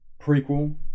Prequel